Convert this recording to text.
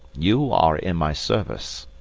you are in my service.